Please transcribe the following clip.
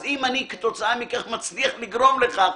אז אם אני כתוצאה מכך מצליח לגרום לכך